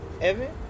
Evan